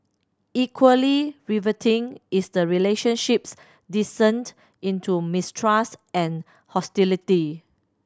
equally riveting is the relationship's descent into mistrust and hostility